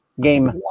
game